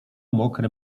mokre